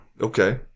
Okay